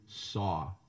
saw